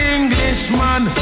Englishman